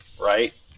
right